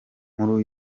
nkuru